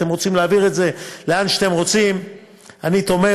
אתם רוצים להעביר את זה לאן שאתם רוצים, אני תומך.